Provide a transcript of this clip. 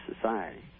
society